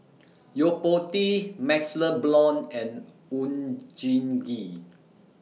Yo Po Tee MaxLe Blond and Oon Jin Gee